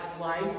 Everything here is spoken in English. life